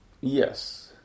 Yes